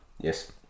Yes